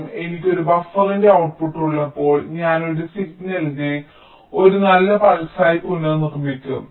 അതിനാൽ എനിക്ക് ഒരു ബഫറിന്റെ ഔട്ട്പുട്ട് ഉള്ളപ്പോൾ ഞാൻ ഈ സിഗ്നലിനെ ഒരു നല്ല പൾസായി പുനർനിർമ്മിക്കും